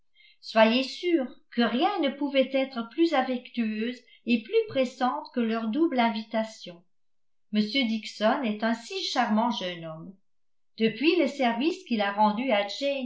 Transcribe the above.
soyez sûre que rien ne pouvait être plus affectueuse et plus pressante que leur double invitation m dixon est un si charmant jeune homme depuis le service qu'il a rendu à